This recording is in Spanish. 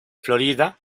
florida